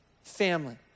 Family